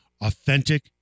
authentic